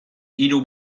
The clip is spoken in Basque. hiru